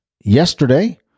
Yesterday